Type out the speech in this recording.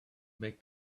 make